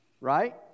right